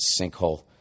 sinkhole